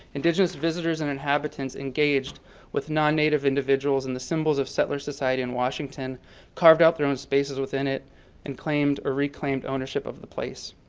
indigenous visitors and inhabitants engaged with non-native individuals and the symbols of settler society in washington carved out their own spaces within it and claimed or reclaimed ownership of the place.